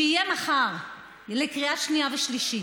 שיעלה מחר לקריאה שנייה ושלישית.